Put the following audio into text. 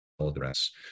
address